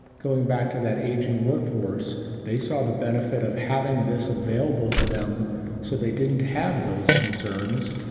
going back to that aging workforce, they saw the benefit of having this available to them so they didn't have those concerns,